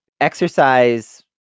exercise